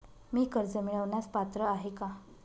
मी कर्ज मिळवण्यास पात्र आहे का?